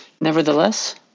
Nevertheless